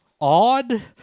odd